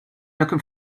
looking